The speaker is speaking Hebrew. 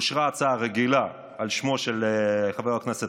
אושרה הצעה רגילה על שמו של חבר הכנסת